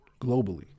globally